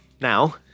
now